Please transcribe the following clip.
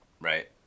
right